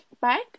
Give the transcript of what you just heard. back